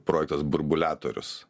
projektas burbuletorius